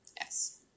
Yes